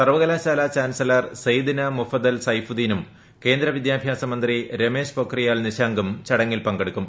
സർവകലാശാല ചാൻസലർ സയദ്ന മുഫദൽ സൈഫുദ്ദീനും കേന്ദ്ര വിദ്യാഭ്യാസ മന്ത്രി രമേശ് പൊഖ്രിയാൽ നിശാങ്കും ചടങ്ങിൽ സംബന്ധിക്കും